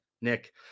Nick